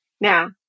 Now